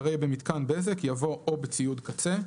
אחרי "במיתקן בזק" יבוא "או בציוד קצה"."